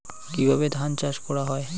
কিভাবে ধান চাষ করা হয়?